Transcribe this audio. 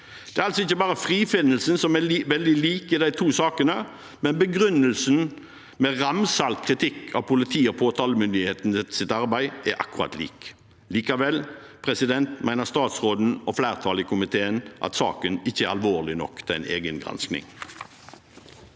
altså ikke bare frifinnelsen som er veldig lik i de to sakene, men begrunnelsen med ramsalt kritikk av politiets og påtalemyndighetenes arbeid er akkurat lik. Likevel mener statsråden og flertallet i komiteen at saken ikke er alvorlig nok for en egen gransking.